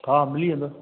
हा मिली वेंदो